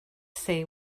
see